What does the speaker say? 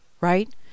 right